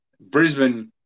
Brisbane